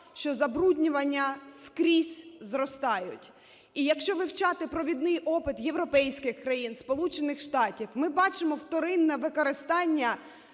що забруднювання скрізь зростають. І якщо вивчати провідний опит європейських країн, Сполучених Штатів, ми бачимо вторинне використання